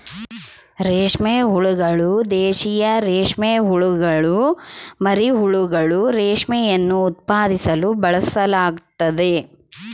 ರೇಷ್ಮೆ ಹುಳುಗಳು, ದೇಶೀಯ ರೇಷ್ಮೆಹುಳುಗುಳ ಮರಿಹುಳುಗಳು, ರೇಷ್ಮೆಯನ್ನು ಉತ್ಪಾದಿಸಲು ಬಳಸಲಾಗ್ತತೆ